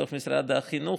בתוך משרד החינוך,